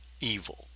evil